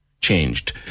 changed